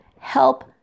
help